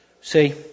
see